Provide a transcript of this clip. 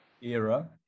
era